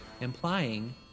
implying